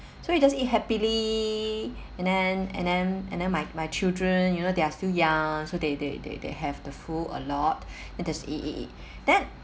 so we just eat happily and then and then and then my my children you know they are still young so they they they they have the food a lot and just eat eat eat then